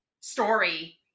story